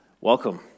Welcome